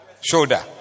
Shoulder